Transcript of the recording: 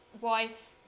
wife